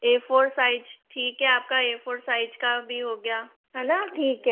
ए four size ठीक है आपका ए फ़ोर साइज का भी हो गया है ना ठीक है